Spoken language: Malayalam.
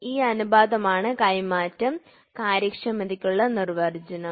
ഈ അനുപാതമാണ് കൈമാറ്റം കാര്യക്ഷമതയ്ക്കുള്ള നിർവചനം